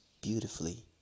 beautifully